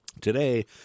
Today